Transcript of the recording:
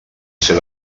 ser